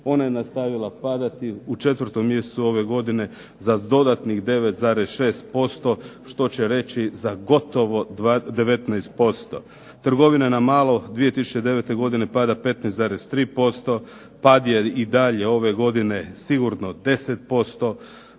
ona je nastavila padati u 4. mjesecu ove godine za dodatnih 9,6%. Što će reći za gotovo 19%. Trgovina na malo 2009. godine pada 15,3%, pad je i dalje ove godine sigurno 10%.